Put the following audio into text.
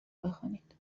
بخوانید